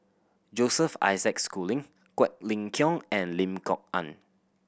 Joseph Isaac Schooling Quek Ling Kiong and Lim Kok Ann